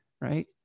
right